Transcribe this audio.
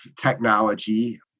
technology